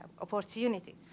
opportunity